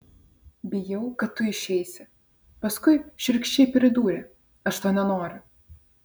bijau kad tu išeisi paskui šiurkščiai pridūrė aš to nenoriu